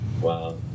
Wow